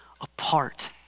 apart